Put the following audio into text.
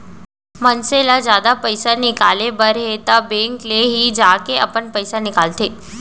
मनसे ल जादा पइसा निकाले बर हे त बेंक ले ही जाके अपन पइसा निकालंथे